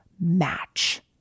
match